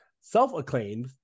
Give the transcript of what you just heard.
self-acclaimed